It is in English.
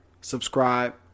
subscribe